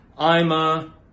Ima